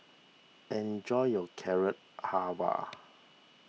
enjoy your Carrot Halwa